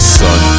son